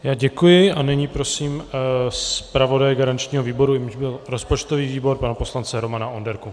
Já děkuji a nyní prosím zpravodaje garančního výboru, jímž byl rozpočtový výbor, pana poslance Romana Onderku.